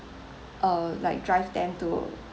uh like drive them to